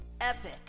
epic